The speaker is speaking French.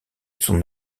son